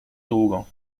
długo